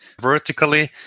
vertically